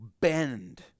bend